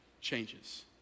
changes